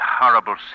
horrible